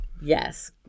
Yes